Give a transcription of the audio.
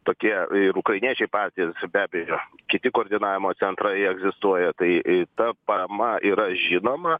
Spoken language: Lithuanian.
tokie ir ukrainiečiai patys be abejo kiti koordinavimo centrai egzistuoja tai ta parama yra žinoma